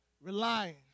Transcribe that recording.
relying